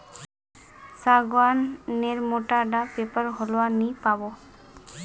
सागवान नेर मोटा डा पेर होलवा नी पाबो